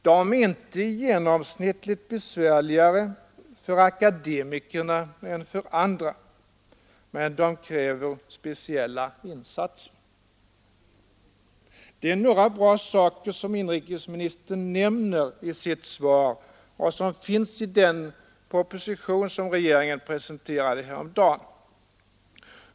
De är inte genomsnittligt besvärligare för akademikerna än för andra, men de kräver speciella insatser. Det är några bra saker som inrikesministern nämner i sitt svar och som finns med i den proposition som regeringen presenterade häromdagen.